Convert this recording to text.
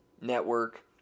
network